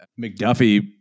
McDuffie